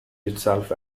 itself